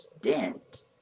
dent